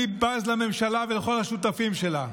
אני בז לממשלה ולכל השותפים שלה,